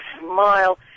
smile